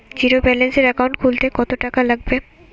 জিরোব্যেলেন্সের একাউন্ট খুলতে কত টাকা লাগবে?